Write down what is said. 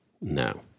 no